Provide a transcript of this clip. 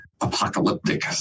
apocalyptic